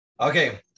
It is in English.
okay